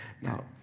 Now